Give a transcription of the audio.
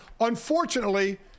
unfortunately